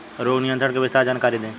रोग नियंत्रण के विस्तार जानकारी दी?